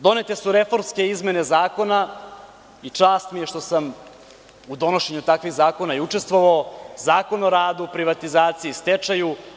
Donete su reformske izmene zakona i čast mi je što sam u donošenju takvih zakona i učestvovao, Zakon o radu, privatizaciji, stečaju.